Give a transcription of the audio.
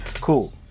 cool